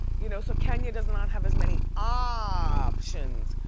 you know so kenya does not have as many ah options